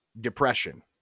depression